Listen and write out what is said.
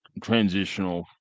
transitional